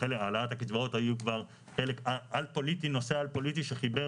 העלאת הקצבאות היו כבר נושא א-פוליטי שחיבר